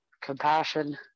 compassion